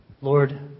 Lord